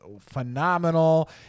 phenomenal